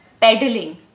pedaling